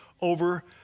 over